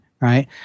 right